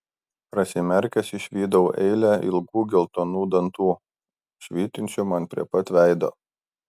prasimerkęs išvydau eilę ilgų geltonų dantų švytinčių man prie pat veido